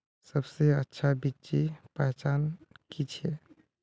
सबसे अच्छा बिच्ची पहचान की छे?